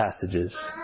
passages